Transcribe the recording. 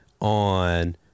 on